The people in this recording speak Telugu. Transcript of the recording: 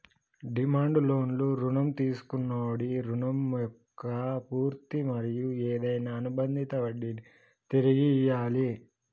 డిమాండ్ లోన్లు రుణం తీసుకొన్నోడి రుణం మొక్క పూర్తి మరియు ఏదైనా అనుబందిత వడ్డినీ తిరిగి ఇయ్యాలి